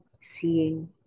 seeing